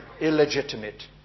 illegitimate